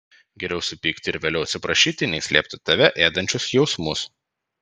geriau supykti ir vėliau atsiprašyti nei slėpti tave ėdančius jausmus